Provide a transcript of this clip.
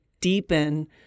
deepen